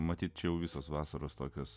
matyt jau visos vasaros tokios